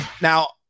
Now